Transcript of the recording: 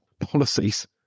policies